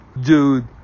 dude